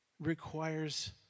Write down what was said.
requires